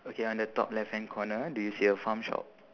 okay on the top left hand corner do you see a farm shop